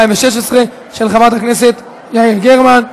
התשע"ו 2016, של חברת הכנסת יעל גרמן.